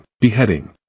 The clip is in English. beheading